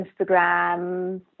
Instagram